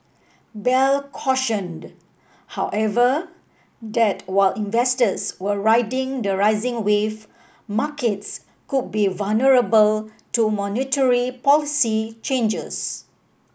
bell cautioned however that while investors were riding the rising wave markets could be vulnerable to monetary policy changes